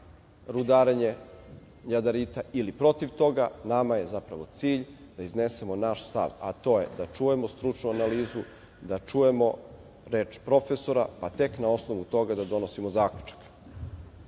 rudarenje jadarita ili protiv toga. Nama je cilj da iznesemo naš stav. To je da čujemo stručnu analizu, da čujemo reč profesora, a tek na osnovu toga da donosimo